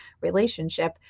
relationship